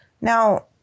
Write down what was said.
Now